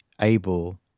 able